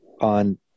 on